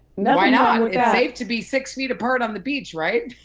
that. why not? it's safe to be six feet apart on the beach, right?